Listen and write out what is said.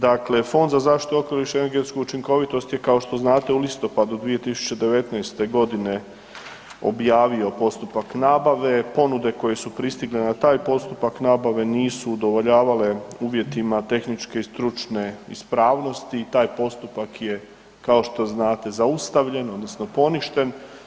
Dakle Fond za zaštitu okoliša i energetsku učinkovitost je kao što znate u listopadu 2019. g. objavio postupak nabave, ponude koje su pristigle na taj postupak nabave nisu udovoljavale uvjetima tehničke i stručne ispravnosti i taj postupak je, kao što znate, zaustavljeno odnosno poništen.